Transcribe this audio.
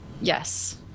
Yes